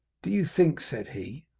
do you think said he,